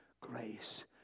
grace